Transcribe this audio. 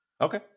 Okay